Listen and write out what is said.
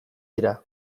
dira